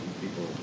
people